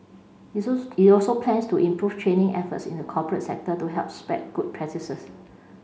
it it also plans to improve training efforts in the corporate sector to help spread good practices